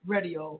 Radio